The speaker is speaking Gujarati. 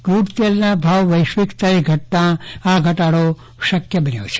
ક્રુડ તેલના ભાવ વૈશ્વિક સ્તરે ઘટતા આ ઘટાડો થયો છે